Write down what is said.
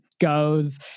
goes